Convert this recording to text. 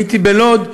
הייתי בלוד,